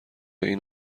این